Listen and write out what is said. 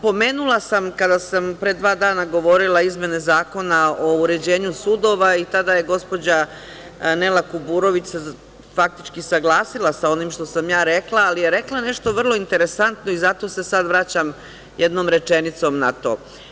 Pomenula sam, kada sam pre dva dana govorila, izmene zakona o uređenju sudova, i tada je gospođa Nela Kuburović, se faktički saglasila sa onim što sam rekla, ali je rekla nešto vrlo interesantno i zato se sada vraćam jednom rečenicom na to.